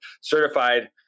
certified